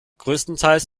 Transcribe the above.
größtenteils